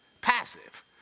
Passive